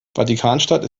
vatikanstadt